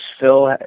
Phil